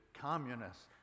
communists